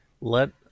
let